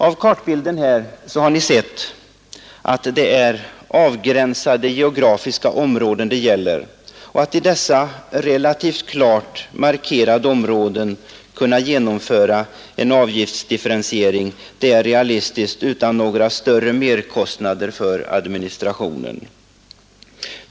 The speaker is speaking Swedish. Av kartbilden har ni alltså sett att det är avgränsade geografiska områden det gäller. Att i dessa relativt klart markerade områden kunna genomföra en avgiftsdifferentiering är realistiskt utan några större merkostnader för administrationen.